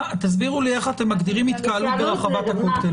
תסבירו לי איך אתם מגדירים התקהלות ברחבת הכותל.